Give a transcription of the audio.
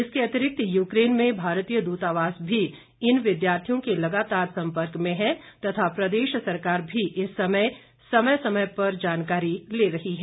इसके अतिरिक्त यूक्रेन में भारतीय दूतावास भी इन विद्यार्थियों के लगातार सम्पर्क में है तथा प्रदेश सरकार भी इस पर समय समय पर जानकारी ले रही है